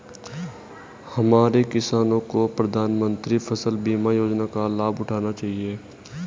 हमारे किसानों को प्रधानमंत्री फसल बीमा योजना का लाभ उठाना चाहिए